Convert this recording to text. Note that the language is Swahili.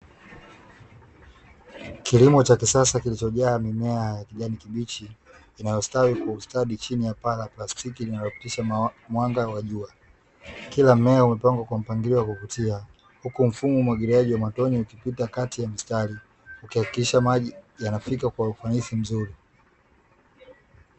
Kilimo cha kisasa kilichojaa mimea ya kijani kibichi inayostawi kwa ustadi chini ya paa la plastiki inayopitisha mwanga wa jua huku matone yakipita ikihakikisha maji yanafika kwa ufanisi mzuri